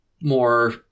more